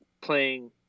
playing